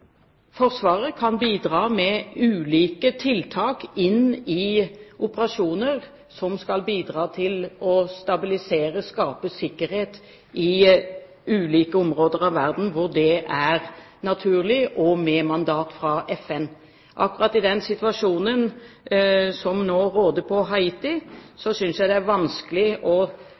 Forsvaret, med mandat fra FN, kan bidra med ulike tiltak i operasjoner som skal bidra til å stabilisere, skape sikkerhet i ulike områder av verden hvor det er naturlig. Akkurat i den situasjonen som nå råder på Haiti, synes jeg derfor det er vanskelig å